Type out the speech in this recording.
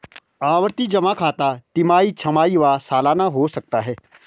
आवर्ती जमा खाता तिमाही, छमाही व सलाना हो सकता है